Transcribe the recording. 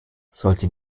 sollte